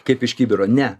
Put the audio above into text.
kaip iš kibiro ne